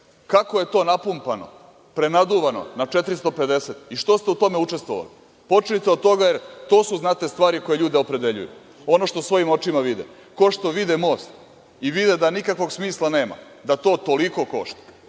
Kako je to napumpano, prenaduvano na 450 i što ste u tome učestvovali? Počnite od toga, jer to su, znate, stvari koje ljude opredeljuju, ono što svojim očima vide. Kao što vide most i vide da nikakvog smisla nema da to toliko košta,